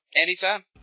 anytime